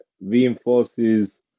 reinforces